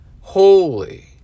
holy